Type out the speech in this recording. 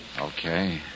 Okay